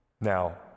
Now